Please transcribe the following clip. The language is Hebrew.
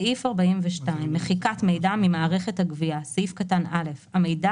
מחיקת מידע ממערכת הגבייה 42. (א)המידע